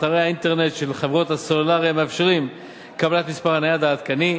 אתרי האינטרנט של חברות הסלולר המאפשרים קבלת מספר הנייד העדכני,